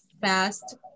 fast